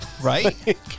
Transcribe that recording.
Right